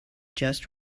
just